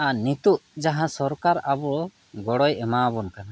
ᱟᱨ ᱱᱤᱛᱳᱜ ᱡᱟᱦᱟᱸ ᱥᱚᱨᱠᱟᱨ ᱟᱵᱚ ᱜᱚᱲᱚᱭ ᱮᱢᱟᱣᱟᱵᱚᱱ ᱠᱟᱱᱟ